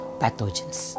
pathogens